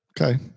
Okay